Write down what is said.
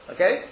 Okay